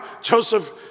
Joseph